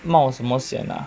冒什么险啊